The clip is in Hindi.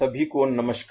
सभी को नमस्कार